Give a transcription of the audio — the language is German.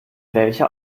welcher